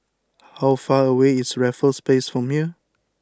how far away is Raffles Place from here